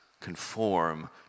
conform